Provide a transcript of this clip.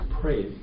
pray